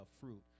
fruit